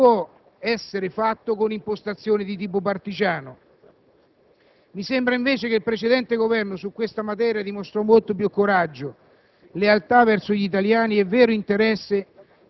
perché il grande governo del Paese non può essere fatto con impostazioni di tipo partigiano. Mi sembra invece che su questa materia il precedente Governo dimostrò molto più coraggio,